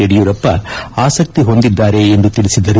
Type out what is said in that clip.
ಯಡಿಯೂರಪ್ಪ ಆಸಕ್ತಿ ಹೊಂದಿದ್ದಾರೆ ಎಂದು ತಿಳಿಸಿದರು